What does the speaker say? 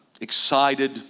excited